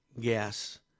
gas